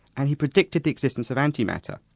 and he predicted the existence of anti-matter.